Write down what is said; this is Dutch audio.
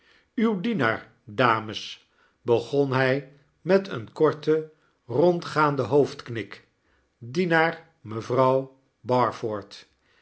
uw dienaar dames begon hij met een korten rondgaanden hoofdknik dienaar mevrouw